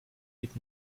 geht